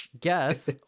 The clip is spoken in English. guess